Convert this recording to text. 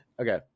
Okay